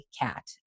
cat